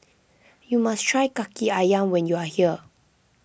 you must try Kaki Ayam when you are here